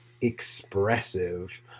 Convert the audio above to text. expressive